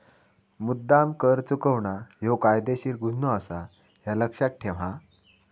मुद्द्दाम कर चुकवणा ह्यो कायदेशीर गुन्हो आसा, ह्या लक्ष्यात ठेव हां